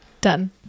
Done